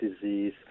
disease